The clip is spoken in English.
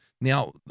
Now